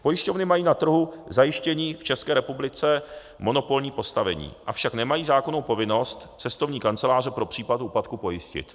Pojišťovny mají na trhu zajištění v České republice monopolní postavení, avšak nemají zákonnou povinnost cestovní kanceláře pro případ úpadku pojistit.